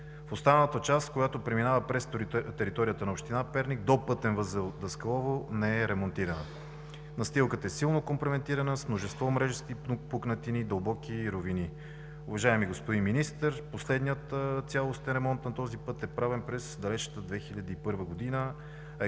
Останалата част, която преминава през територията на община Перник, до пътен възел Даскалово, не е ремонтирана. Настилката е силно компрометирана, с множество мрежести пукнатини, дълбоки ровини. Уважаеми господин Министър, последният цялостен ремонт на този път е правен през далечната 2001 г.